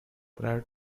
prior